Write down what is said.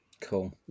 Cool